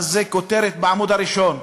אז זאת כותרת בעמוד הראשון,